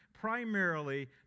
primarily